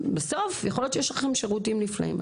בסוף, יכול להיות שיש לכם שירותים נפלאים.